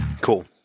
cool